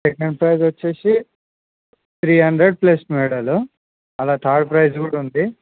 second prize వచ్చేసి three hundred plus మెడలు అలా తార్డ్ ప్రైజ్ కూడా ఉంది